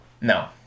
No